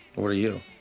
what are you?